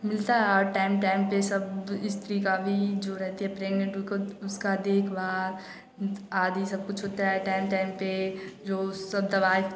मिलता और time time पर सब स्त्री का भी जो रहते प्रेग्नेंट उसका देखभाल आदि सब कुछ होता है टाइम टाइम पर जो सब